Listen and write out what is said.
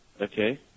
Okay